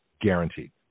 guaranteed